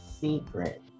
secret